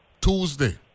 tuesday